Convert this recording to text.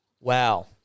Wow